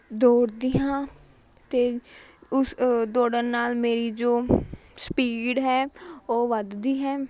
ਦੌੜਦੀ ਹਾਂ ਅਤੇ ਉਸ ਦੌੜਨ ਨਾਲ਼ ਮੇਰੀ ਜੋ ਸਪੀਡ ਹੈ ਉਹ ਵੱਧਦੀ ਹੈ